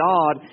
God